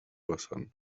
vessant